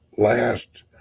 last